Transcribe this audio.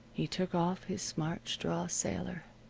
he took off his smart straw sailor,